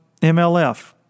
MLF